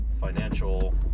financial